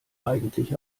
eigentlich